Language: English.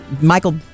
Michael